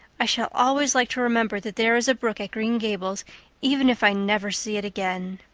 i shall always like to remember that there is a brook at green gables even if i never see it again.